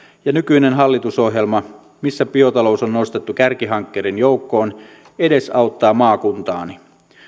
ja nykyinen hallitusohjelma missä biotalous on nostettu kärkihankkeiden joukkoon edesauttaa maakuntaani